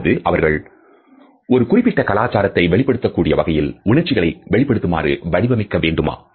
அல்லது அவைகள் ஒரு குறிப்பிட்ட கலாச்சாரத்தை வெளிப்படுத்தக்கூடிய வகையில் உணர்ச்சிகளை வெளிப்படுத்துமாறு வடிவமைக்க வேண்டுமா